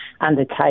undertake